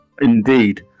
Indeed